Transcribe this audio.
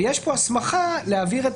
ויש הסמכה להעביר את